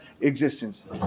existence